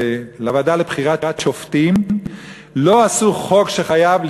לוועדה לבחירת שופטים לא עשו חוק שחייבת